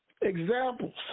examples